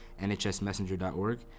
nhsmessenger.org